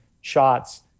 shots